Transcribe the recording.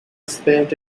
spent